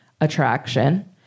attraction